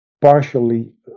partially